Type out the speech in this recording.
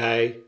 by